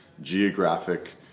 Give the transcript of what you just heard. geographic